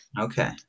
Okay